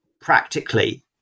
practically